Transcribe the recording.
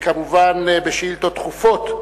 כמובן, בשאילתות דחופות,